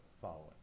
following